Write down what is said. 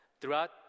Throughout